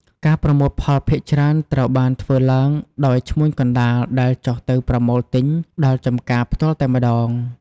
ការប្រមូលផលភាគច្រើនត្រូវបានធ្វើឡើងដោយឈ្មួញកណ្តាលដែលចុះទៅប្រមូលទិញដល់ចម្ការផ្ទាល់តែម្តង។